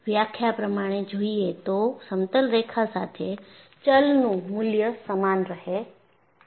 વ્યાખ્યા પ્રમાણે જોઈએ તો સમતલરેખા સાથે ચલનું મૂલ્ય સમાન રહે છે